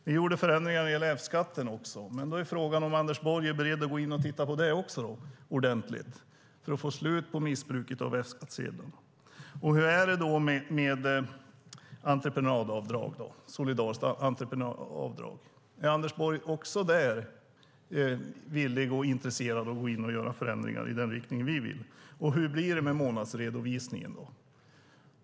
Ni gjorde också förändringar när det gäller F-skatten, och frågan är om Anders Borg är beredd att gå in och titta ordentligt även på det för att få slut på missbruket av F-skattsedeln. Och hur är det med solidariskt entreprenadavdrag - är Anders Borg också där villig och intresserad av att gå in och göra förändringar i den riktning vi vill? Hur blir det med månadsredovisningen?